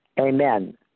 Amen